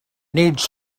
needs